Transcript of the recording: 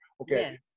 okay